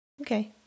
okay